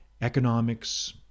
economics